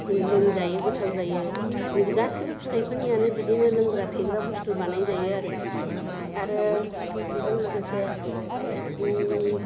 लोंजायो गोथाव जायो गोसिबो फिथाइफोरनियानो बिदिनो लोंग्रा फेग्रा बस्तु बानायजायो आरो आरो बेजों लोगोसे